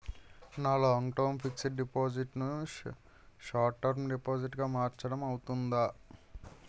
నా long term fixed deposit ను short term deposit గా మార్చటం అవ్తుందా?